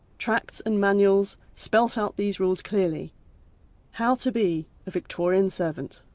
tracts and manuals spelt out these rules clearly how to be a victorian servant.